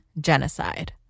genocide